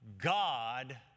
God